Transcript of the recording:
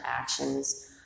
actions